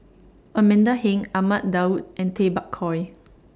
Amanda Heng Ahmad Daud and Tay Bak Koi